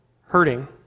hurting